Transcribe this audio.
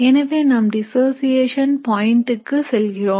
எனவே நாம் டிசோஷியேஷன் பாயிண்டுக்கு செல்கிறோம்